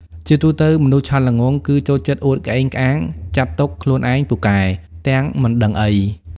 ជាទូទៅមនុស្សឆោតល្ងង់ គឺចូលចិត្តអួតក្អេងក្អាង ចាត់ទុកខ្លួនឯងពូកែ ទាំងមិនដឹងអី។